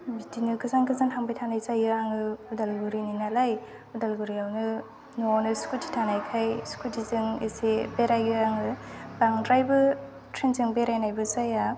बिदिनो गोजान गोजान थांबाय थानाय जायो आङो उदालगुरिनि नालाय उदालगुरियावनो न'आवनो स्कुटि थानायखाय स्कुटिजों एसे बेरायो आङो बांद्रायबो ट्रैनजों बेरायनायबो जाया